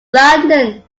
london